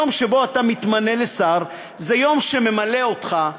יום שבו אתה מתמנה לשר זה יום שממלא אותך,